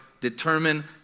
determine